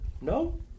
no